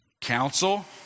council